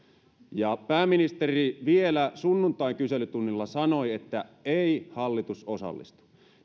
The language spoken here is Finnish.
ja pääministeri vielä sunnuntain kyselytunnilla sanoi että ei hallitus osallistu